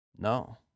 No